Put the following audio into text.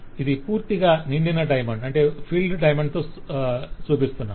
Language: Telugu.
ఇది పూర్తిగా నిండిన నల్ల డైమండ్ ఆకారం లో చూస్తున్నాము